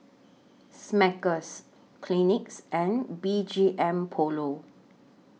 Smuckers Kleenex and B G M Polo